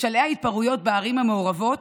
בשלהי ההתפרעויות בערים המעורבות,